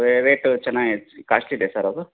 ರೇ ರೇಟು ಚೆನ್ನಾಗಿದ್ ಕಾಸ್ಟ್ಲಿದೆ ಸರ್ ಅದು